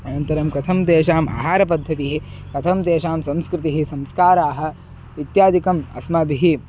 अनन्तरं कथं तेषाम् आहारपद्धतिः कथं तेषां संस्कृतिः संस्काराः इत्यादिकम् अस्माभिः